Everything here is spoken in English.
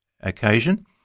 occasion